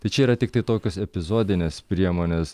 tai čia yra tiktai tokios epizodinės priemonės